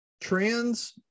trans